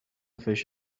fish